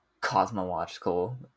cosmological